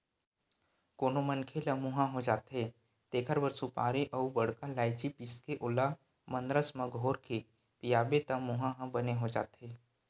कोनो मनखे ल मुंहा हो जाथे तेखर बर सुपारी अउ बड़का लायची पीसके ओला मंदरस म घोरके पियाबे त मुंहा ह बने हो जाथे